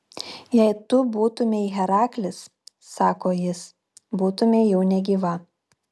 jei tu būtumei heraklis sako jis būtumei jau negyva